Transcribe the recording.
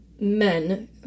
men